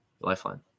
lifeline